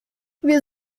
wir